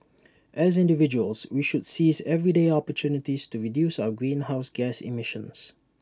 as individuals we should seize everyday opportunities to reduce our greenhouse gas emissions